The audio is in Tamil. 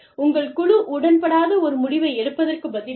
உங்கள் குழு உடன்படாத ஒரு முடிவை எடுப்பதற்கு பதிலாக